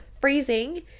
Freezing